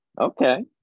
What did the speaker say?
Okay